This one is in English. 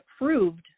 approved